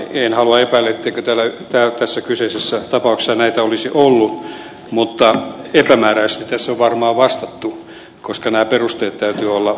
en halua epäillä etteikö tässä kyseisessä tapauksessa näitä olisi ollut mutta epämääräisesti tässä on varmaan vastattu koska näiden perusteiden täytyy olla vankat